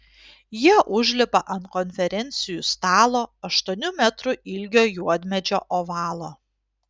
jie užlipa ant konferencijų stalo aštuonių metrų ilgio juodmedžio ovalo